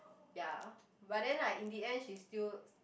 ya but then like in the end she still